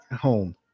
home